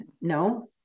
no